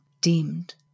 deemed